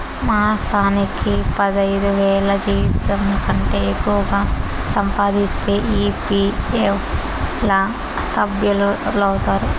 మాసానికి పదైదువేల జీతంకంటే ఎక్కువగా సంపాదిస్తే ఈ.పీ.ఎఫ్ ల సభ్యులౌతారు